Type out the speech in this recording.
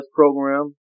program